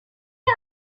est